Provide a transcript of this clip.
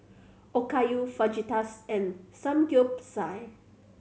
Okayu Fajitas and Samgyeopsal